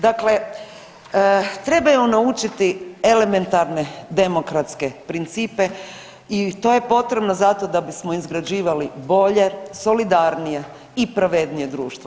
Dakle, trebaju naučiti elementarne demokratske principe i to je potrebno zato da bismo izgrađivali bolje, solidarnije i pravednije društvo.